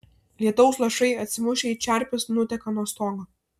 lietaus lašai atsimušę į čerpes nuteka nuo stogo